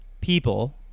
people